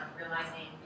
realizing